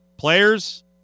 Players